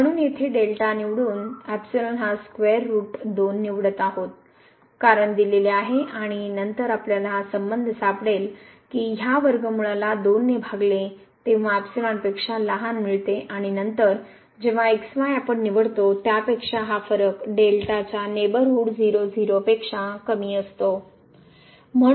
म्हणून येथेनिवडून हा स्केवअर रूट २ नीवडत आहोत कारण दिलेले आहे आणि नंतर आपल्याला हा संबध सापडेल की ह्या वर्गमूळाला २ ने भागले आहे तेंव्हा पेक्षा लहान आहे आणि नंतर जेव्हा आपण निवडतो त्यापेक्षा हा फरक च्या नेबरहूड पेक्षा कमी असतो